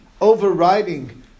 overriding